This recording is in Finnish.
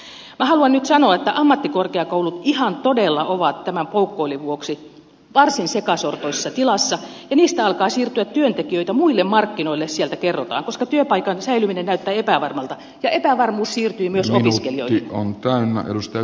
minä haluan nyt sanoa että ammattikorkeakoulut ihan todella ovat tämän poukkoilun vuoksi varsin sekasortoisessa tilassa ja sieltä kerrotaan että niistä alkaa siirtyä työntekijöitä muille markkinoille koska työpaikan säilyminen näyttää epävarmalta ja epävarmuus siirtyy myös opiskelijoille